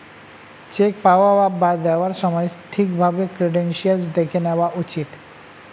check পাওয়া বা দেওয়ার সময় ঠিক ভাবে ক্রেডেনশিয়াল্স দেখে নেওয়া উচিত